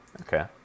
Okay